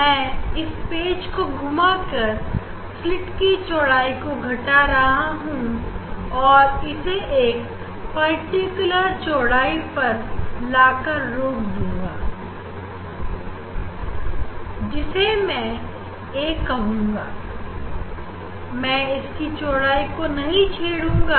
मैं इस पेच को घुमा कर स्लीट की चौड़ाई को घटा रहा हूं और इसे एक पर्टिकुलर चौराहे पर लाकर रोक दूंगा जिसे मैं a कह रहा हूं अब मैं इसकी चौड़ाई को नहीं छोडूंगा